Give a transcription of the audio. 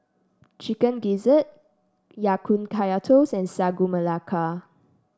Chicken Gizzard Ya Kun Kaya Toast and Sagu Melaka